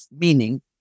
meaning